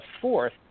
fourth